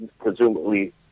presumably